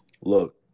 look